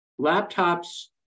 Laptops